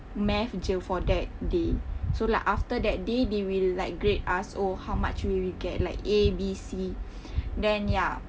maths jer for that day so like after that day they will like grade us oh how much will we get like A B C then ya